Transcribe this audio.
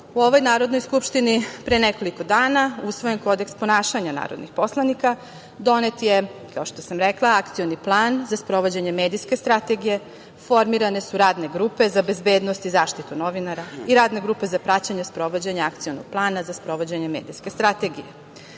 u ovoj Narodnoj skupštini pre nekoliko dana je usvojen Kodeks ponašanja narodnih poslanika, kao što sam rekla, Akcioni plan za sprovođenje medijske strategije, formirane su radne grupe za bezbednost i zaštitu novinara i radne grupe za praćenje sprovođenje Akcionog plana, za sprovođenje medijske strategije. Još